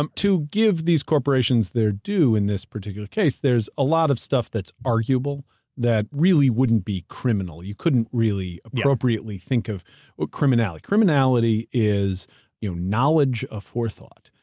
um to give these corporations their due in this particular case, there's a lot of stuff that's arguable that really wouldn't be criminal. you couldn't really appropriately think of ah criminality. criminality is you know knowledge of forethought.